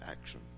action